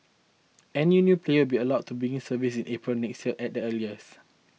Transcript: any new player will be allowed to begin services in April next year at the earliest